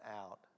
out